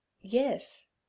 Yes